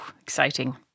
exciting